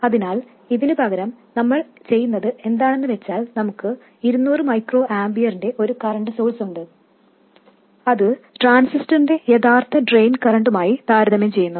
അതിനാൽ ഇതിനുപകരം നമ്മൾ ചെയ്യുന്നത് എന്താണെന്നു വെച്ചാൽ നമുക്ക് 200 μA ന്റെ ഒരു കറൻറ് സോഴ്സുണ്ട് അത് ട്രാൻസിസ്റ്ററിന്റെ യഥാർത്ഥ ഡ്രെയിൻ കറൻറുമായി താരതമ്യം ചെയ്യുന്നു